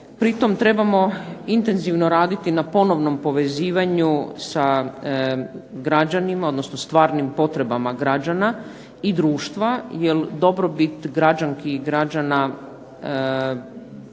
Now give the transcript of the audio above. Pritom trebamo intenzivno raditi na ponovnom povezivanju sa građanima, odnosno stvarnim potrebama građana, i društva, jer dobrobit građanki i građana